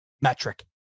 metric